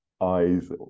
eyes